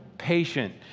patient